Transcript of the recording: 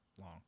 long